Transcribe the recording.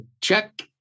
check